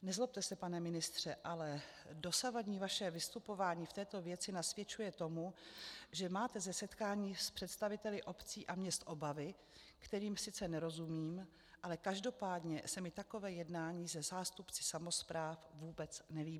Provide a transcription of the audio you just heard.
Nezlobte se, pane ministře, ale vaše dosavadní vystupování v této věci nasvědčuje tomu, že máte ze setkání s představiteli obcí a měst obavy, kterým sice nerozumím, ale každopádně se mi takové jednání se zástupci samospráv vůbec nelíbí.